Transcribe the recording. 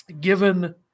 given